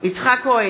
יצחק כהן,